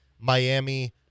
Miami